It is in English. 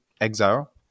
exile